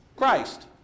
Christ